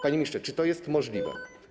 Panie ministrze, czy to jest możliwe?